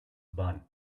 bun